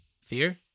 fear